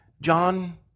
John